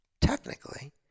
Technically